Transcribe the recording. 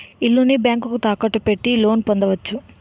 ఇల్లుని బ్యాంకుకు తాకట్టు పెట్టి లోన్ పొందవచ్చు